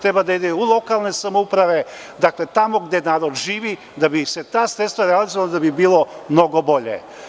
Treba da ide u lokalne samouprave, dakle tamo gde narod živi, da bi se ta sredstva realizovala, da bi bilo mnogo bolje.